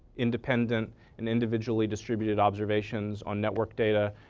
independent and individually distributed observations on network data.